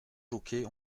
jockeys